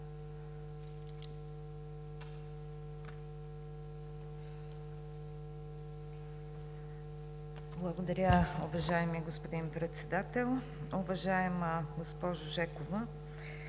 Благодаря, уважаеми господин Председател. Уважаема госпожо